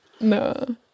No